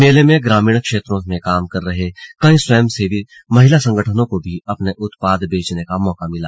मेले में ग्रामीण क्षेत्रों में काम कर रहे कई स्वयंसेवी महिला संगठनों को भी अपने उत्पाद बेचने का मौका मिला